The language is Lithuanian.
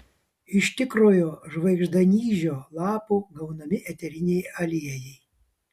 iš tikrojo žvaigždanyžio lapų gaunami eteriniai aliejai